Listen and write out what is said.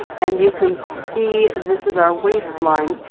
and you can see this is our waist line,